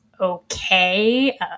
okay